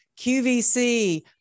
QVC